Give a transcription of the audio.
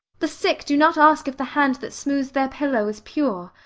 the sick do not ask if the hand that smooths their pillow is pure,